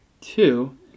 Two